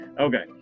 Okay